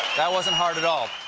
that wasn't hard at all.